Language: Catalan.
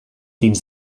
dins